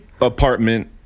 apartment